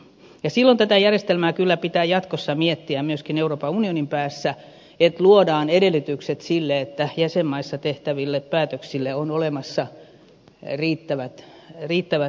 silloin tätä järjestelmää kyllä pitää jatkossa miettiä myöskin euroopan unionin päässä että luodaan edellytykset sille että jäsenmaissa tehtäville päätöksille on olemassa riittävät tiedot